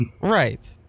right